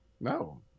No